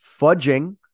fudging